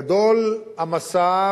גדול המסע,